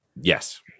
Yes